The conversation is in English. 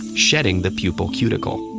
shedding the pupal cuticle.